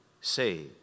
say